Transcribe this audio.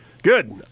Good